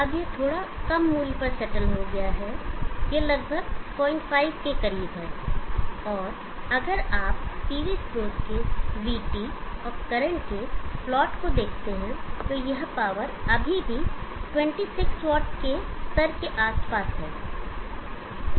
अब यह थोड़ा कम मूल्य पर सेटल हो गया है यह लगभग 05 के करीब है और अगर आप पीवी स्रोत के vT और करंट के प्लॉट को देखते हैं तो यह पावर अभी भी 26 वाट के स्तर के आसपास है